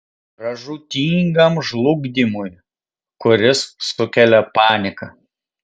pražūtingam žlugdymui kuris sukelia panika